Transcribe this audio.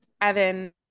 Evan